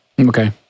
Okay